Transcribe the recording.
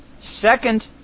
second